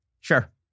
Sure